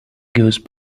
goose